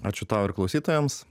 ačiū tau ir klausytojams